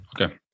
Okay